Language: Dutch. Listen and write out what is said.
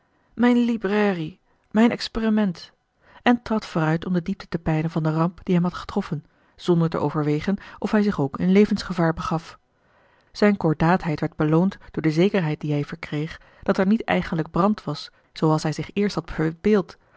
mijne librairie mijn experiment en trad vooruit om de diepte te peilen van de ramp die hem had getroffen zonder te overwegen of hij zich ook in levensgevaar begaf zijne cordaatheid werd beloond door de zekerheid die hij verkreeg dat er niet eigenlijk brand was zooals hij zich eerst had